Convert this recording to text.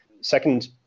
Second